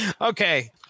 okay